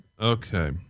okay